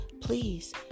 please